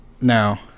Now